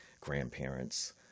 grandparents